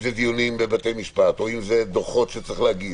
אם זה דיונים בבתי משפט, דוחות שצריך להגיש.